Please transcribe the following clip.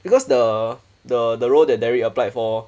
because the the the role that derek applied for